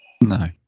No